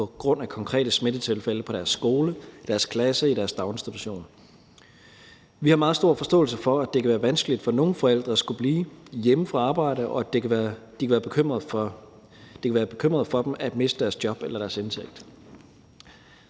på grund af konkrete smittetilfælde på deres skole, i deres klasse eller i deres daginstitution. Vi har meget stor forståelse for, at det kan være vanskeligt for nogle forældre at skulle blive hjemme fra arbejde, og at det kan være bekymrende for at miste deres job og deres indtægt.